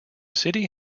city